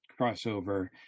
crossover